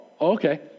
okay